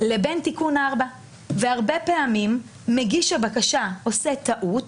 לבין תיקון 4. הרבה פעמים מגיש הבקשה עושה טעות,